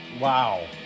Wow